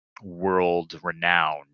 World-renowned